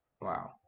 Wow